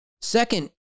Second